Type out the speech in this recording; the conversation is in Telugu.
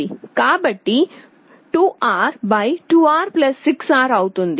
కాబట్టి 2R 2R 6R అవుతుంది